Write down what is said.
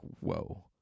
whoa